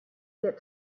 get